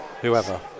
whoever